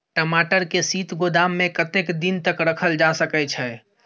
टमाटर के शीत गोदाम में कतेक दिन तक रखल जा सकय छैय?